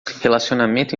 relacionamento